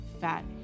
fat